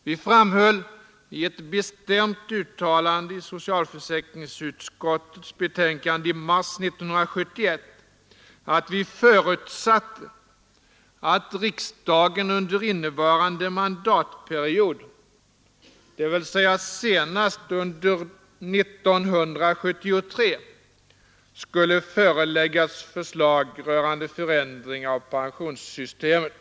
Vi framhöll i ett bestämt uttalande i socialförsäkringsutskottets betänkande i mars 1971 att vi förutsatte att riksdagen under innevarande mandatperiod, dvs. senast under 1973, skulle föreläggas förslag rörande förändringar av pensionssystemet.